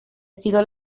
sido